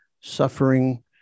suffering